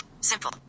simple